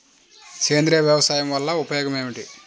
సేంద్రీయ వ్యవసాయం వల్ల ఉపయోగం ఏమిటి?